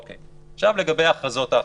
לגבי ההכרזות האחרות,